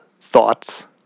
thoughts